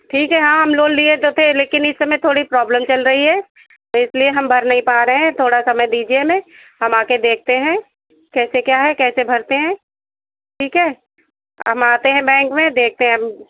ठीक है हाँ हम लोन लिए तो थे लेकिन इस समय थोड़ी प्रॉबलम चल रही है इसलिए हम भर नहीं पा रहे हैं थोड़ा समय दीजिए हमें हम आकर देखते हैं कैसे क्या है कैसे भरते हैं ठीक है हम आते हैं बैंक में देखते हैं हम